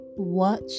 watch